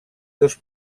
dos